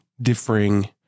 differing